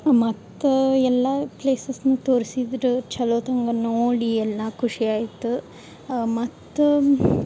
ಮತ್ತೆ ಎಲ್ಲ ಪ್ಲೇಸಸ್ನು ತೋರ್ಸಿದ್ರ ಛಲೋ ತಂಗ ನೋಡಿ ಎಲ್ಲ ಖುಷಿ ಆಯ್ತು ಮತ್ತೆ